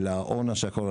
של ההון השחור,